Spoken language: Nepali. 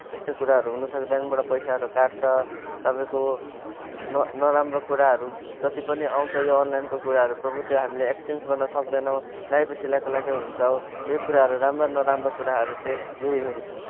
त्यस्तो कुराहरू हुनु सक्छ ब्याङ्कबाट पैसाहरू काट्छ तपाईँको न नराम्रो कुराहरू जति पनि आउँछ यो अनलाइनको कुराहरू प्रभु त्यो हामीले एक्सचेन्ज गर्न सक्दैनौँ ल्याएपछि ल्याएको ल्याएकै हुन्छौँ यही कुराहरू राम्रा नराम्रा कुराहरू चाहिँ यही हुन्